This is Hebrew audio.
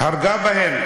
הרגה בהם.